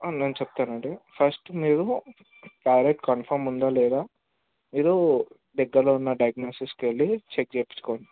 నేను చెప్తాను అండి ఫస్ట్ మీరు థైరాయిడ్ కన్ఫామ్ ఉందా లేదా మీరు దగ్గరలో ఉన్న డయాగ్నోస్టిక్స్ వెళ్ళి చెక్ చేయించుకోండి